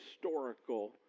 historical